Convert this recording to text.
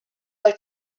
like